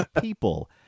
people